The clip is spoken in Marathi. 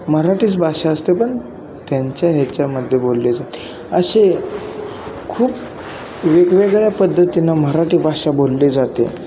मराठीच भाषा असते पन त्यांच्या हेच्यामध्ये बोलली जाते अशे खूप वेगवेगळ्या पद्धतींन मराठी भाषा बोलली जाते